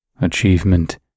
achievement